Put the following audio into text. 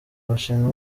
bashinzwe